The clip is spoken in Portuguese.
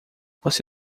você